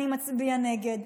אני מצביע נגד?